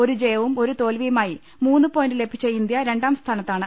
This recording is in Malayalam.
ഒരു ജയവും ഒരുതോൽവിയുമായി ദ പോയിന്റ് ലഭിച്ച ഇന്ത്യ രണ്ടാം സ്ഥാനത്താണ്